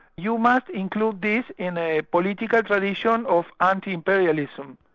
you must include this in a political tradition of anti-imperialism.